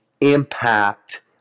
impact